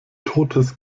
totes